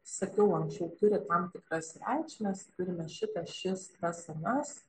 sakiau anksčiau turi tam tikras reikšmes turime šitas šis tas anas